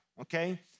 okay